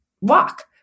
walk